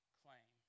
claim